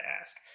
ask